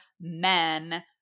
men